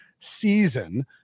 Season